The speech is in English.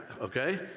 okay